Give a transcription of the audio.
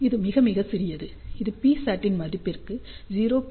இது மிக மிக சிறியது இது Psat இன் மதிப்பிற்கு 0